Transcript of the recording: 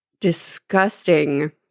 disgusting